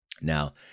Now